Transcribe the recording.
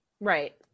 Right